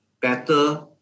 better